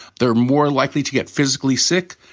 they're more likely to get physically sick,